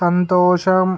సంతోషం